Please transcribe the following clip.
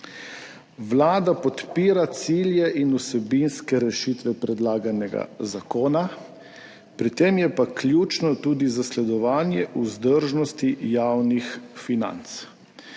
Vlada podpira cilje in vsebinske rešitve predlaganega zakona, pri tem je pa ključno tudi zasledovanje vzdržnosti javnih financ.